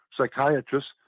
psychiatrists